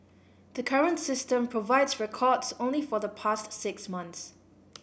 the current system provides records only for the past six months